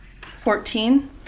Fourteen